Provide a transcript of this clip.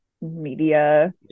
media